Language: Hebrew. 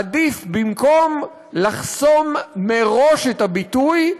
עדיף, במקום לחסום מראש את הביטוי,